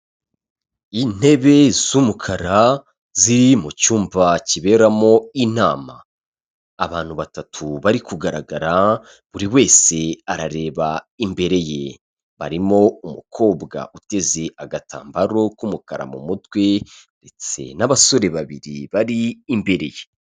Intebe z'umukara ziri mu cyumba kiberamo inama. Abantu batatu bari kugaragara buri wese arareba imbere ye. Harimo umukobwa uteze agatambaro k'umukara mu mutwe ndetse n'abasore babiri bari imbere ye.